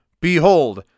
Behold